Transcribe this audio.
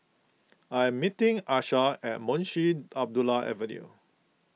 I am meeting Asa at Munshi Abdullah Avenue